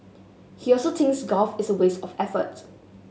he also thinks golf is a waste of effort